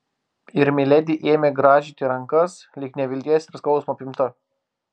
ir miledi ėmė grąžyti rankas lyg nevilties ir skausmo apimta